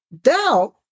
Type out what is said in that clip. doubt